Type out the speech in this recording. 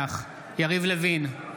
לוין,